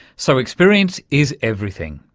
so, experience is everything,